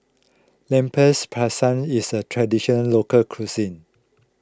Lempers Pisang is a Traditional Local Cuisine